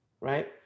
right